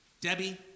Debbie